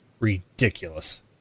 Ridiculous